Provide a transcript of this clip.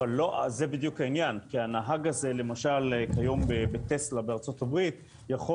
זה בדיוק העניין כי הנהג הזה למשל כיום בטסלה בארצות הברית יכול